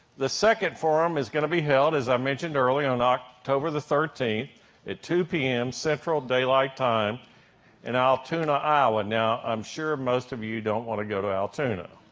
the second forum is going to be held as i mentioned earlier, on october the thirteenth at two zero p m. central daylight time in altoona, iowa. now, i'm sure most of you don't want to go to altoona,